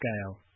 scale